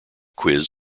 quiz